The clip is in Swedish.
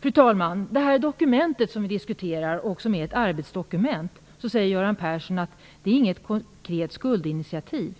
Fru talman! Om det dokument som vi diskuterar och som är ett arbetsdokument säger Göran Persson att det inte är något konkret skuldinitiativ.